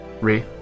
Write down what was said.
Re